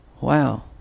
Wow